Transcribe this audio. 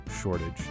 shortage